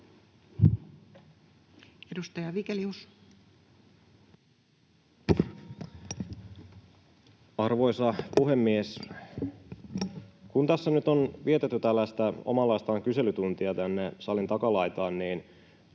Edustaja Vigelius. Arvoisa puhemies! Kun tässä nyt on vietetty tällaista omanlaistaan kyselytuntia tänne salin takalaitaan, niin